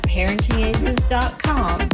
ParentingAces.com